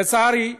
לצערי,